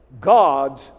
God's